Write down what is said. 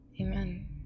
amen